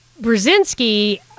Brzezinski